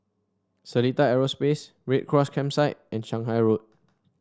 Seletar Aerospace Red Cross Campsite and Shanghai Road